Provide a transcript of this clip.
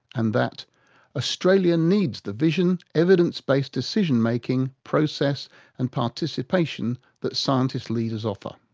and that australia. needs the vision, evidence-based decision making, process and participation that scientist leaders offer.